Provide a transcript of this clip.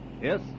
Yes